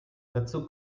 dazu